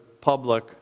public